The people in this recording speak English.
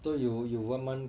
so you you one month